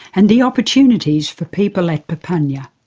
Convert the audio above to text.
and the opportunities for people at papunya.